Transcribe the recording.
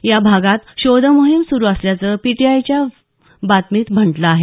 या भागात शोधमोहीम सुरू असल्याचं पीटीआयच्या बातमीत म्हटलं आहे